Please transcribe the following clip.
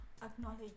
acknowledge